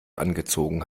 angezogen